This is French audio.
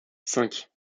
cinq